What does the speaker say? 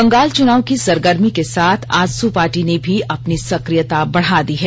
बंगाल चुनाव की सरगर्मी के साथ आजसू पार्टी ने भी अपनी सक्रियता बढ़ा दी है